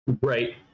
Right